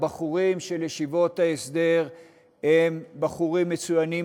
הבחורים של ישיבות ההסדר הם בחורים מצוינים.